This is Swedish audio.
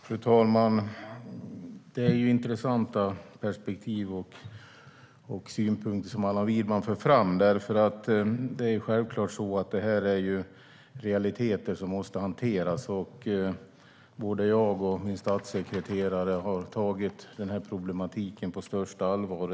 Fru talman! Det är intressanta perspektiv och synpunkter som Allan Widman för fram. Det här är självklart realiteter som måste hanteras. Både jag och min statssekreterare har tagit den här problematiken på största allvar.